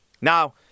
Now